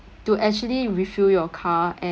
to actually refill your car and